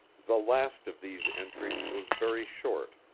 the last of these entries was very short.